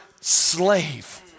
slave